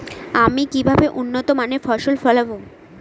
আমি কিভাবে উন্নত মানের ফসল ফলাব?